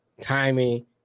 timing